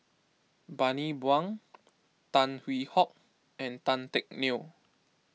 Bani Buang Tan Hwee Hock and Tan Teck Neo